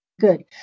Good